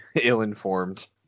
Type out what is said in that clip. ill-informed